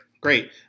Great